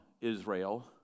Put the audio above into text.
Israel